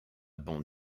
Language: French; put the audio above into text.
bande